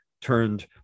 turned